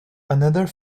another